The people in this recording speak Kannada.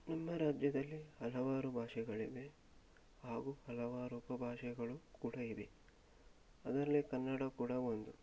ನಮ್ಮ ರಾಜ್ಯದಲ್ಲಿ ಹಲವಾರು ಭಾಷೆಗಳಿವೆ ಹಾಗೂ ಹಲವಾರು ಉಪಭಾಷೆಗಳು ಕೂಡ ಇವೆ ಅದರಲ್ಲಿ ಕನ್ನಡ ಕೂಡ ಒಂದು